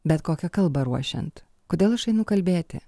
bet kokią kalbą ruošiant kodėl aš einu kalbėti